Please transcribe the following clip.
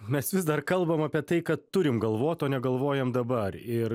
mes vis dar kalbam apie tai kad turim galvot negalvojam dabar ir